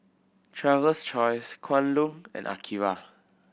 Traveler's Choice Kwan Loong and Akira